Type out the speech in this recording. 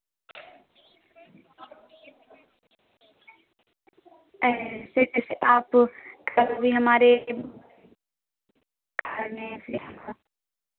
ऐसे कैसे आप कल भी हमारे घर में